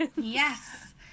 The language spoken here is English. Yes